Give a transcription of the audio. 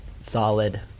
solid